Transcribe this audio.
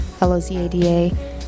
L-O-Z-A-D-A